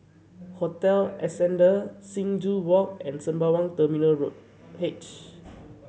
Hotel Ascendere Sing Joo Walk and Sembawang Terminal Road H